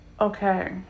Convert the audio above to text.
okay